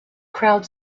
crowd